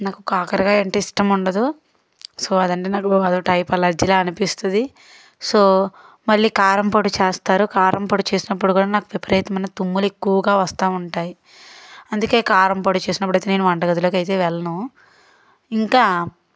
నాకు కాకరకాయ అంటే ఇష్టం ఉండదు సో అదంటే నాకు అదోటైపు అలర్జీలా అనిపిస్తుంది సో మళ్ళీ కారంపొడి చేస్తారు కారంపొడి చేసినప్పుడు కూడా నాకు విపరీతమైన తుమ్ములు ఎక్కువగా వస్తా ఉంటాయి అందుకే కారం పొడి చేసినప్పుడు నేను వంటగదిలోకి అయితే వెళ్ళను ఇంకా